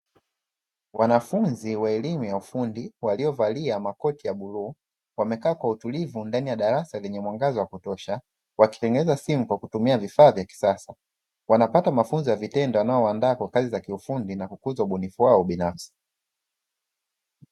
Wanafunzi wa elimu ya ufundi waliovalia makoti ya bluu wamekaa kwa utulivu ndani ya darasa lenye mwangaza wa kutosha wakitengeneza simu kwa kutumia vifaa vya kisasa. Wanapata mafunzo ya vitendo yanayowaandaa kwa kazi za kiufundi na kukuza ubunifu wao binafsi.